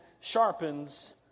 sharpens